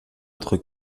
autre